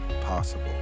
possible